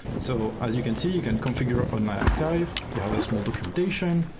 so as you can see, you can configure on my archive, you have the small documentation,